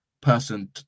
person